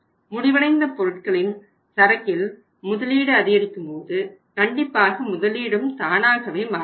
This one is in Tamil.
முடிவடைந்த பொருட்களின் சரக்கில் முதலீடு அதிகரிக்கும்போது கண்டிப்பாக முதலீடும் தானாகவே மாறிவிடும்